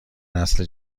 نسل